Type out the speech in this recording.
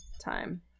time